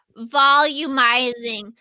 volumizing